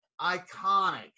iconic